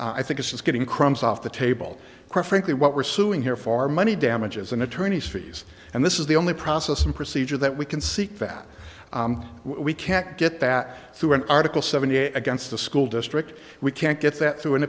moot i think it's just getting crumbs off the table quite frankly what we're suing here for money damages and attorneys fees and this is the only process and procedure that we can seek that we can't get that through an article seventy eight against the school district we can't get that through an